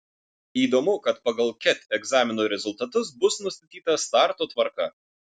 įdomu kad pagal ket egzamino rezultatus bus nustatyta starto tvarka